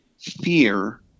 fear